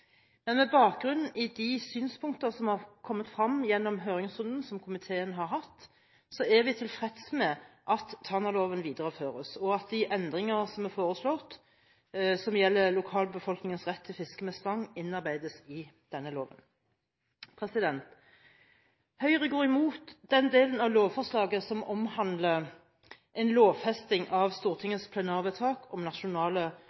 Men med bakgrunn i de synspunkter som har kommet frem gjennom høringsrunden som komiteen har hatt, er vi tilfreds med at Tanaloven videreføres, og at de endringer som er foreslått som gjelder lokalbefolkningens rett til å fiske med stang, innarbeides i denne loven. Høyre går imot den delen av lovforslaget som omhandler en lovfesting av Stortingets plenarvedtak om nasjonale